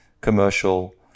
commercial